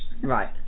Right